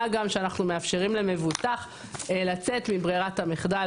מה גם שאנחנו מאפשרים למבוטח לצאת מברירת המחדל